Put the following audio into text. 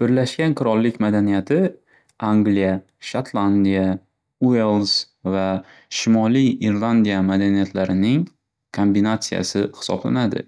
Birlashgan Qirollik madaniyati Angliya, Shotlandiya, Uels va Shimoliy Irlandiya madaniyatlarining kombinatsiyasi hisoblanadi.